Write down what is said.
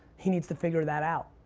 he needs to figure that out.